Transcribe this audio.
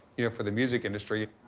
you know, for the music industry,